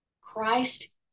Christ